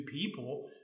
people